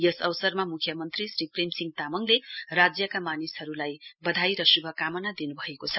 यस अवसरमा मुख्यमन्त्री श्री प्रेमसिंह तामाङले राज्यका मानिसहरुलाई शुभकामना दिनुभएको छ